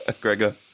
Gregor